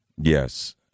Yes